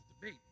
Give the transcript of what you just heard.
debate